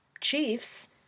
chiefs